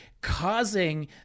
causing